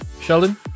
Sheldon